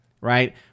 Right